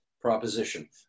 proposition